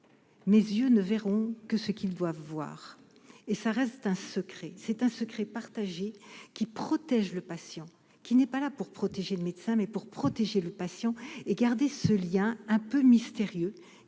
mes yeux ne verront que ce qu'doivent voir et ça reste un secret, c'est un secret partagé qui protège le patient qui n'est pas là pour protéger le médecin mais pour protéger le patient et garder ce lien un peu mystérieux